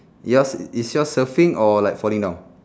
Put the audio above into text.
yours is your surfing or like falling down